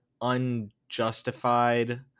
unjustified